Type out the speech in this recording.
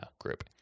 group